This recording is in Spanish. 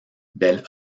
del